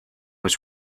was